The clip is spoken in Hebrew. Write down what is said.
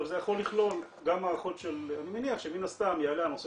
זה יכול לכלול גם מערכות אני מניח שמן הסתם יעלה הנושא